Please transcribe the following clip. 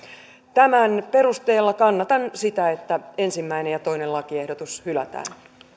tämän perusteella kannatan sitä että ensimmäinen ja toinen lakiehdotus hylätään